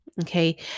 Okay